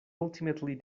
ultimately